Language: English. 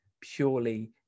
purely